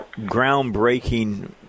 groundbreaking